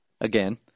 again